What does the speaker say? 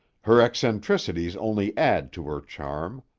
her eccentricities only add to her charm.